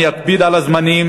אני אקפיד על הזמנים.